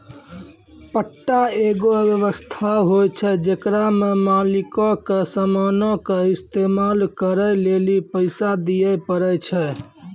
पट्टा एगो व्य्वस्था होय छै जेकरा मे मालिको के समानो के इस्तेमाल करै लेली पैसा दिये पड़ै छै